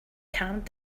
calmed